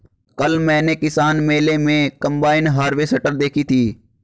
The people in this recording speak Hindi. कल मैंने किसान मेले में कम्बाइन हार्वेसटर देखी थी